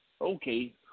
Okay